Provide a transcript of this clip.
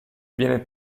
viene